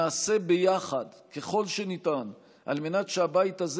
נעשה ביחד ככל שניתן על מנת שהבית הזה